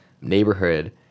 neighborhood